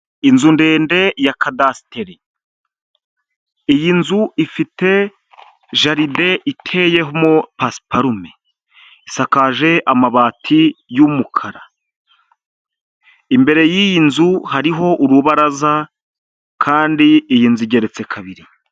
Inzu ndende ya kadasiteri, iyi nzu ifite jaride iteyemo pasiparume, isakaje amabati y'umukara, imbere y'iyi nzu hariho urubaraza kandi iyi nzu igeretse kabiri.